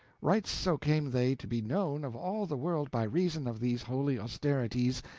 right so came they to be known of all the world by reason of these holy austerities,